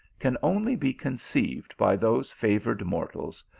can only be conceived by those favoured mortals,